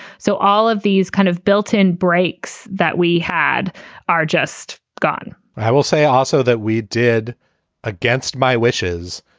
so all of these kind of built in breaks that we had are just gone i will say also that we did against my wishes.